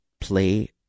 play